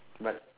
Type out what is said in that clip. but